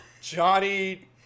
Johnny